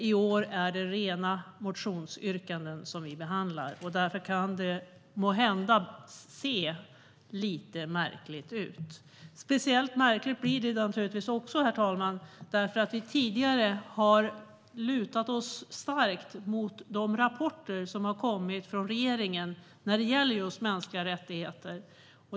I år är det rena motionsyrkanden som vi behandlar. Därför kan det måhända se lite märkligt ut. Herr talman! Det blir också speciellt märkligt därför att vi tidigare har lutat oss starkt mot de rapporter som har kommit från regeringen när det gäller just mänskliga rättigheter.